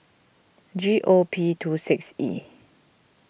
G O P two six E